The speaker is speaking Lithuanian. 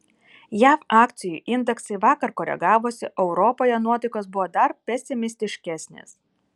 jav akcijų indeksai vakar koregavosi o europoje nuotaikos buvo dar pesimistiškesnės